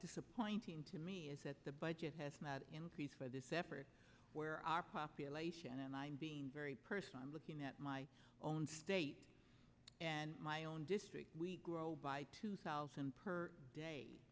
disappointing to me is that the budget has mad increase for this effort where our pop and i'm being very personal i'm looking at my own state and my own district grow by two thousand per day